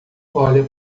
olha